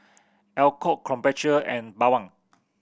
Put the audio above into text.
Alcott Krombacher and Bawang